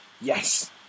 Yes